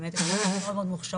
באמת יש לנו בנות מאוד מוכשרות,